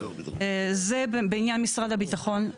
זה בעניין משרד הביטחון.